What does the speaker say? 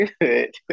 good